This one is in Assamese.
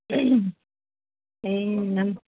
এই এই নাম